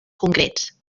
concrets